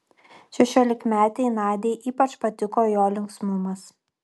šešiolikmetei nadiai ypač patiko jo linksmumas